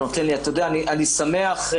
אני שמח,